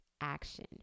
action